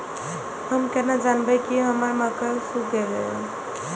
हम केना जानबे की हमर मक्के सुख गले?